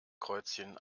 kreuzchen